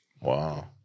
Wow